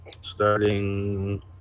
starting